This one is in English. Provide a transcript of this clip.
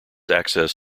access